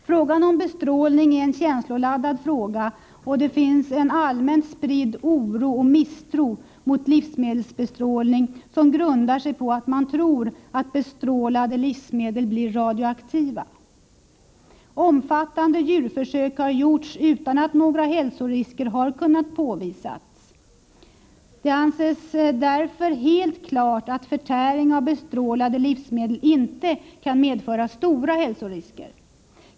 Frågan om bestrålning är känsloladdad, och det finns en allmänt spridd oro och en misstro mot livsmedelsbestrålning som grundar sig på att man tror att bestrålade livsmedel blir radioaktiva. Omfattande djurförsök har gjorts utan att några hälsorisker har kunnat påvisas. Det anses därför helt klart att förtäring av bestrålade livsmedel inte kan medföra stora hälsorisker.